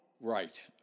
Right